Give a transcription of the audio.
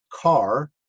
car